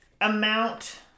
amount